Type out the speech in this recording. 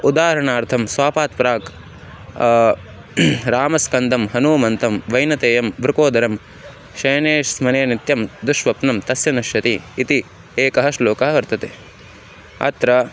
उदाहरणार्थं स्वापात् प्राक् रामस्कन्दं हनूमन्तं वैनतयं वृकोदरं शयने स्मरेन्नित्यं दुःस्वप्नं तस्य नश्यति इति एकः श्लोकः वर्तते अत्र